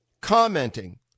commenting